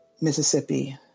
Mississippi